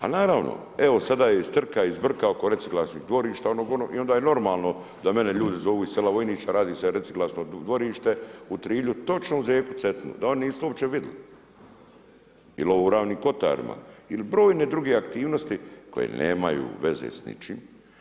Ali, naravno, evo sada je strka i zbrka oko reciklažnom dvorišta i onda je normalno da mene ljudi zovu iz sela Vojnić, a radi se reciklažnom dvorište u Trilju, točno uz rijeku Cetinu, da oni nisu to uopće vidjeli, ili u Ravnim kotarima ili brojne druge aktivnosti, koje nemaju veze s ničim.